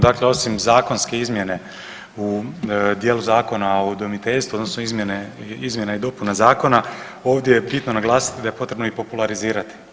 Dakle osim zakonske izmjene u dijelu Zakona o udomiteljstvu odnosno izmjene, izmjene i dopune zakona ovdje je bitno naglasiti da je potrebno i popularizirati.